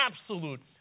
absolute